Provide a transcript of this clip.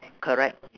correct